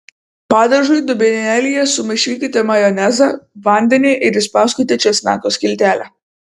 padažui dubenėlyje sumaišykite majonezą vandenį ir įspauskite česnako skiltelę